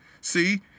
See